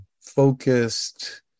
focused